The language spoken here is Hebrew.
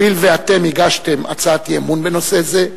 הואיל ואתם הגשתם הצעת אי-אמון בנושא הזה,